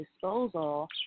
disposal